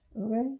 okay